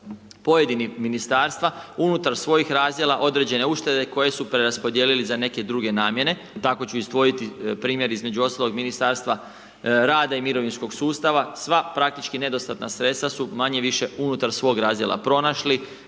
pojedinih ministarstva unutar svojih razdjela određene uštede koje su preraspodijelili za neke dr. namjene, tako ću izdvojiti između ostalog ministarstva rada i mirovinskog sustava, sva praktički nedostatna sredstva su manje-više unutar svog razdjela pronašli,